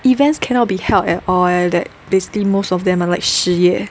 events cannot be held at all eh that basically most of them are like 失业